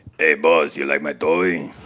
hey boss, you like my toy?